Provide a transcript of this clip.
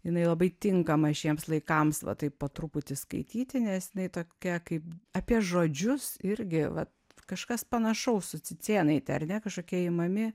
jinai labai tinkama šiems laikams va taip po truputį skaityti nes jinai tokia kaip apie žodžius irgi vat kažkas panašaus su cicėnaite ar ne kažkokie imami